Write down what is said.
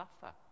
suffer